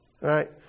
right